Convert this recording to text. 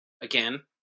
again